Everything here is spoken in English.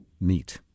meet